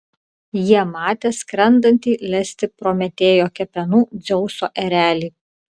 jie matė skrendantį lesti prometėjo kepenų dzeuso erelį